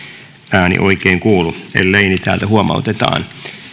ääni oikein kuulu ellei niin täältä huomautetaan